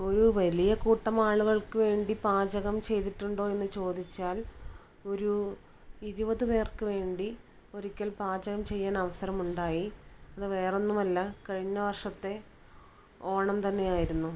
ഒരു വലിയ കൂട്ടം ആളുകൾക്ക് വേണ്ടി പാചകം ചെയ്തിട്ടുണ്ടോ എന്ന് ചോദിച്ചാൽ ഒരു ഇരുപത് പേർക്ക് വേണ്ടി ഒരിക്കൽ പാചകം ചെയ്യാൻ അവസരം ഉണ്ടായി അത് വേറെ ഒന്നുമല്ല കഴിഞ്ഞ വർഷത്തെ ഓണം തന്നെ ആയിരുന്നു